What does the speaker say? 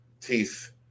teeth